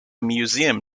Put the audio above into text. museum